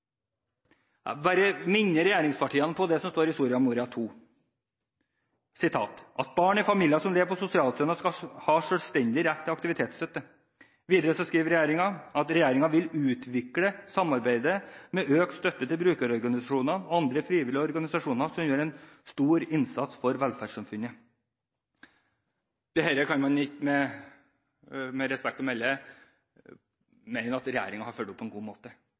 bare minne regjeringspartiene om det som står i Soria Moria II om at regjeringen vil «at barn i familier som lever på sosialstønad skal ha selvstendig rett til aktivitetsstøtte». Videre skriver regjeringen at den vil «videreutvikle samarbeidet med og øke støtten til brukerorganisasjoner og andre frivillige organisasjoner som gjør en stor innsats for velferdssamfunnet». Dette kan man ikke – med respekt å melde – mene at regjeringen har fulgt opp på en god måte.